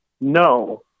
no